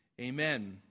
Amen